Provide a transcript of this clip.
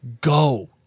Go